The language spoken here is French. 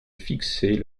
fixer